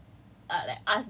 mesti I macam !huh!